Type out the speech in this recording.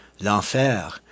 l'enfer